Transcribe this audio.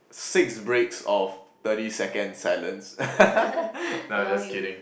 six breaks of thirty seconds silence no lah just kidding